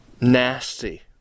Nasty